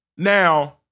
Now